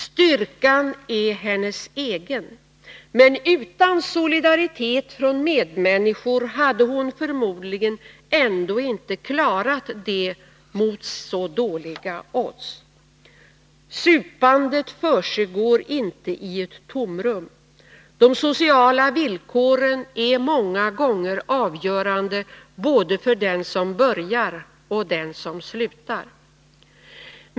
Styrkan är hennes egen — men utan solidaritet från medmänniskor hade hon förmodligen ändå inte klarat det mot så dåliga odds. Supandet försiggår inte i ett tomrum. De sociala villkoren är många gånger avgörande för både den som börjar och den som slutar.